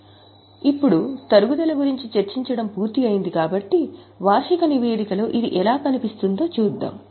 కాబట్టి ఇప్పుడు తరుగుదల గురించి చర్చించడం పూర్తి అయింది కాబట్టి వార్షిక నివేదికలో ఇది ఎలా కనిపిస్తుందో చూద్దాం